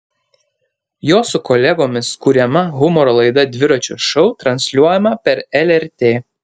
jo su kolegomis kuriama humoro laida dviračio šou transliuojama per lrt